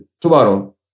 tomorrow